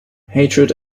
hatred